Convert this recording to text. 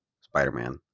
Spider-Man